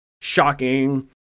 shocking